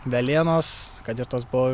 velėnos kad ir tos buvo